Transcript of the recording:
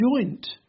joint